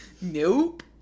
Nope